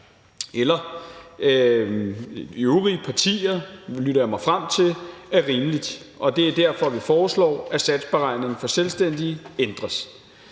eller Folketingets partier – lytter jeg mig frem til – er rimeligt, og det er derfor, vi foreslår, at satsberegningen for selvstændige ændres.